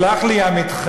ויסלח לי עמיתך,